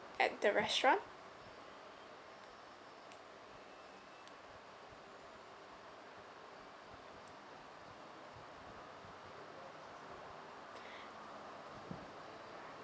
at the restaurant